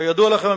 כידוע לכם,